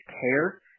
Care